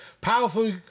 Powerful